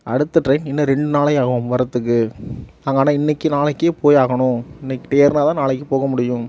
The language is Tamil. அடுத்த ட்ரெயின் இன்னும் ரெண்டு நாளை ஆகும் வரத்துக்கு ஆனால் இன்னைக்கு நாளைக்கு போய் ஆகணும் இன்னைக்கு ஏறுனால் தான் நாளைக்கு போக முடியும்